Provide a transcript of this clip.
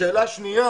השאלה השנייה